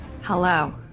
Hello